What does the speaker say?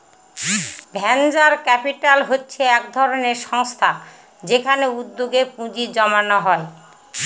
venture capital হচ্ছে এক ধরনের সংস্থা যেখানে উদ্যোগে পুঁজি জমানো হয়